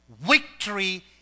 victory